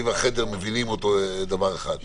בחדר מבינים, והוא